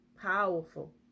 powerful